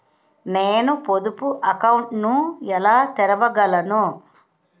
నేను పొదుపు అకౌంట్ను ఎలా తెరవగలను?